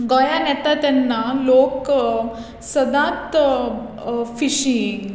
गोंयांत येता तेन्ना लोक सदांच फिशींग